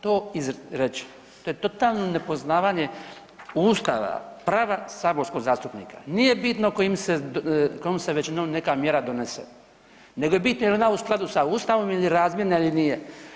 To izreći to je totalno nepoznavanje Ustava, prava saborskog zastupnika, nije bitno kojom se većinom neka mjera donese, nego je bitno je li ona u skladu sa Ustavom ili razmjerna ili nije.